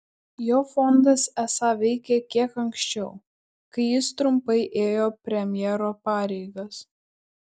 jo fondas esą veikė kiek anksčiau kai jis trumpai ėjo premjero pareigas